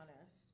honest